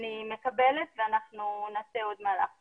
אני מקבלת ואנחנו נעשה עוד מהלך כזה.